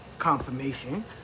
Confirmation